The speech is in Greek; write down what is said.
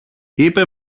είπε